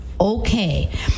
okay